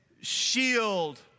Shield